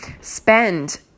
spend